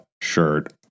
shirt